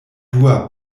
dua